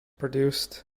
produced